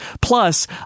Plus